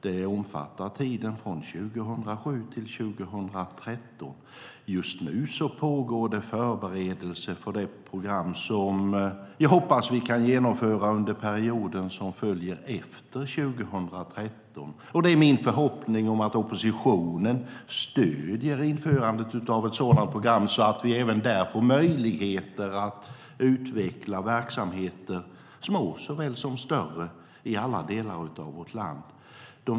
Det omfattar tiden från 2007 till 2013. Just nu pågår det förberedelser för det program som jag hoppas att vi kan genomföra under perioden efter 2013. Det är min förhoppning att oppositionen stöder införandet av ett sådant program så att vi även där får möjlighet att utveckla verksamheter, små såväl som större, i alla delar av vårt land.